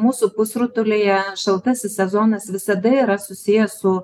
mūsų pusrutulyje šaltasis sezonas visada yra susijęs su